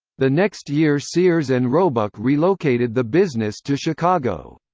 the next year sears and roebuck relocated the business to chicago.